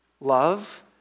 love